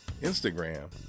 instagram